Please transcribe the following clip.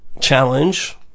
challenge